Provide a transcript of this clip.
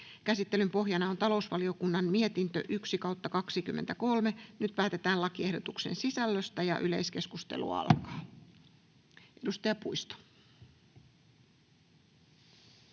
Käsittelyn pohjana on talousvaliokunnan mietintö TaVM 1/2023 vp. Nyt päätetään lakiehdotuksen sisällöstä. — Yleiskeskustelu alkaa. Edustaja Puisto.